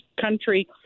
country